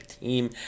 team